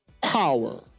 power